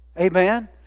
Amen